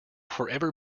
forever